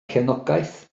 cefnogaeth